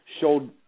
showed